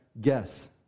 guess